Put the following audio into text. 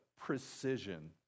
precision